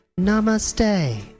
Namaste